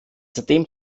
seitdem